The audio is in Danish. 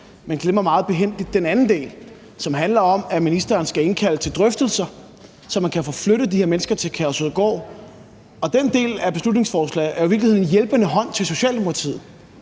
men glemmer meget behændigt den anden del, som handler om, at ministeren skal indkalde til drøftelser, så man kan få flyttet de her mennesker fra Kærshovedgård. Den del af beslutningsforslaget er jo i virkeligheden en hjælpende hånd til Socialdemokratiet,